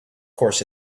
course